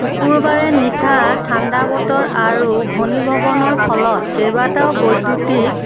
শুকুৰবাৰে নিশা ঠাণ্ডা বতৰ আৰু ঘূৰ্নীভৱনৰ ফলত কেইবাটাও বৈদ্যুতিক